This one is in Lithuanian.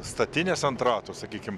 statinės ant ratų sakykim